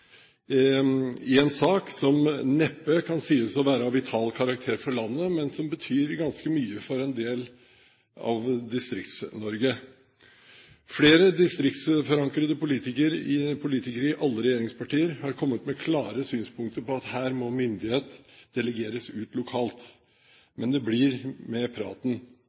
i en sak som neppe kan sies å være av vital karakter for landet, men som betyr ganske mye for en del av Distrikts-Norge. Flere distriktsforankrede politikere i alle regjeringspartier har kommet med klare synspunkter på at her må myndighet delegeres lokalt. Men det blir med praten.